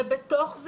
אנחנו,